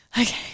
okay